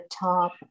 top